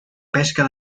pesca